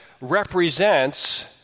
represents